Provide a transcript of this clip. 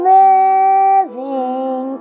living